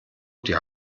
die